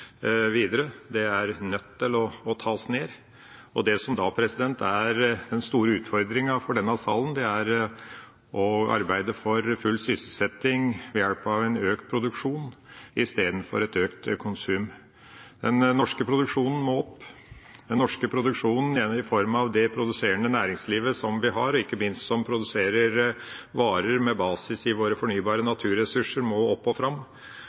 videre. Det er nødt til å tas ned, og det som da er den store utfordringa for denne salen, er å arbeide for full sysselsetting ved hjelp av økt produksjon istedenfor et økt konsum. Den norske produksjonen må opp. Den norske produksjonen i form av det produserende næringslivet som vi har, og ikke minst det som produserer varer med basis i våre fornybare naturressurser, må opp og fram.